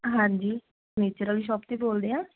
ਹਾਂਜੀ ਫ਼ਰਨੀਚਰ ਵਾਲੀ ਸ਼ੋਪ ਤੋਂ ਹੀ ਬੋਲਦੇ ਹਾਂ